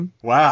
Wow